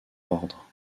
ordre